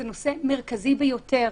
זה נושא מרכזי ביותר,